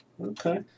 Okay